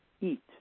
eat